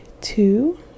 two